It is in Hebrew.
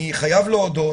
אני חייב להודות,